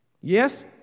Yes